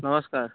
ନମସ୍କାର